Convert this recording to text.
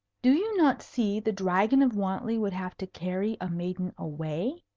do you not see the dragon of wantley would have to carry a maiden away?